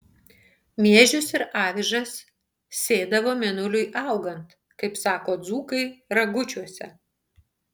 miežius ir avižas sėdavo mėnuliui augant kaip sako dzūkai ragučiuose